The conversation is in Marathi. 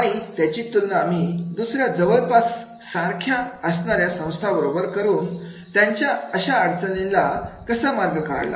आणि त्यांची तुलना आम्ही दुसऱ्या जवळपास सारख्या असणाऱ्या संस्थांबरोबर करून त्यांनी अशा अडचणींना कसा मार्ग काढला